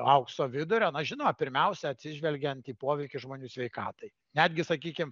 aukso vidurio na žinoma pirmiausia atsižvelgiant į poveikį žmonių sveikatai netgi sakykim